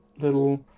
little